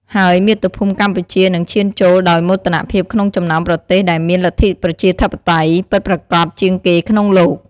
ហើយមាតុភូមិកម្ពុជានឹងឈានចូលដោយមោទនភាពក្នុងចំណោមប្រទេសដែលមានលទ្ធិប្រជាធិបតេយ្យពិតប្រាកដជាងគេក្នុងលោក។